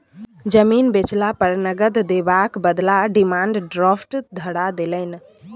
जमीन बेचला पर नगद देबाक बदला डिमांड ड्राफ्ट धरा देलनि